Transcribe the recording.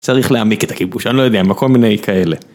צריך להעמיק את הכיבוש אני לא יודע מה כל מיני כאלה.